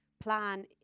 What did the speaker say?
plan